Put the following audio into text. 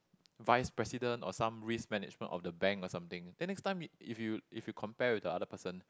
vice president or some risk management of the bank or something then next time you if you if you compare with the other person